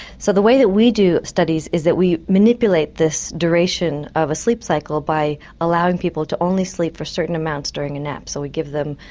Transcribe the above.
so the way that we do studies is that we manipulate this duration of a sleep cycle by allowing people to only sleep for certain amounts during a nap. so we give them,